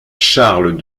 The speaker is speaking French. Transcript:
charles